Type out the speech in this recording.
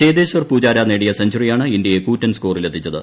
ചേതേശ്വർ പൂജാര നേടിയ സെഞ്ചുറിയാണ് ഇന്ത്യയെ കൂറ്റൻ സ്കോറിൽ എത്തിച്ചത്